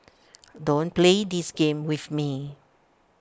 don't play this game with me